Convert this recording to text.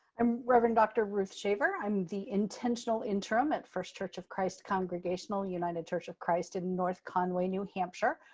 i'm rev. and dr. ruth shaver. i'm the intentional interim at first church of christ congregational, united church of christ in north conway, new hampshire,